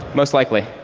most likely.